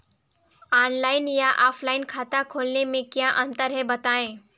Online या offline खाता खोलने में क्या अंतर है बताएँ?